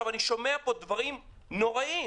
יש התייחסות, טענות, שאלות, גם בזום, למישהו?